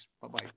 Bye-bye